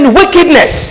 wickedness